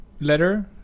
letter